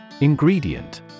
Ingredient